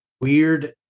weird